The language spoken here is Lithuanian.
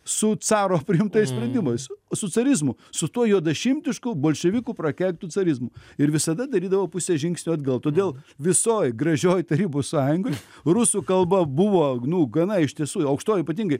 su caro priimtais sprendimais su carizmu su tuo juodašimtišku bolševikų prakeiktu carizmu ir visada darydavo pusę žingsnio atgal todėl visoj gražioj tarybų sąjungoj rusų kalba buvo nu gana iš tiesų aukštoj ypatingai